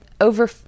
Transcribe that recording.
over